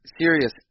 serious